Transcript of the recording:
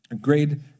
grade